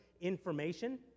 information—